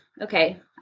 okay